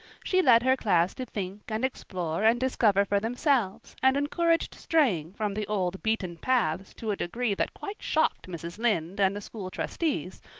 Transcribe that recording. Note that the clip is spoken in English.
she led her class to think and explore and discover for themselves and encouraged straying from the old beaten paths to a degree that quite shocked mrs. lynde and the school trustees,